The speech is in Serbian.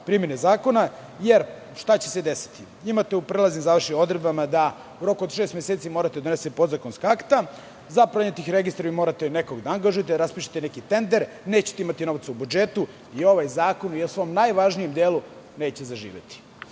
primeni zakona. Šta će se desiti? Imate u prelaznim i završnim odredbama da u roku od šest meseci morate da donesete podzakonska akta, za promenu tih registara morate nekog da angažujete, da raspišete neki tender, nećete imati novca u budžetu i ovaj zakon u svom najvažnijem delu neće zaživeti. Apelujem